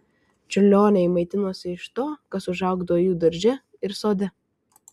čiurlioniai maitinosi iš to kas užaugdavo jų darže ir sode